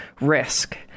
risk